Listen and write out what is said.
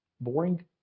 boring